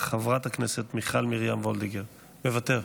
מוותר?